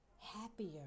happier